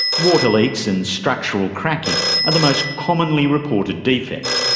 water leaks and structural cracking are the most commonly reported defects,